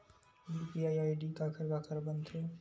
UPI ID काखर काखर बनथे?